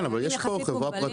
כן, אבל יש כאן חברה פרטית.